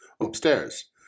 upstairs